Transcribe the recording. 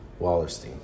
Wallerstein